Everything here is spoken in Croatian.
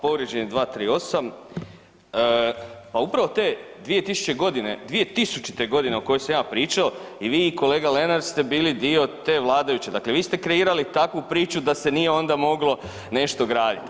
Povrijeđen je 238., pa upravo te 2000.-te godine o kojoj sam ja pričao i vi i kolega Lenart ste bili dio te vladajuće, dakle vi ste kreirali takvu priču da se nije onda moglo nešto graditi.